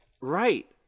Right